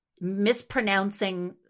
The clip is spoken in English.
mispronouncing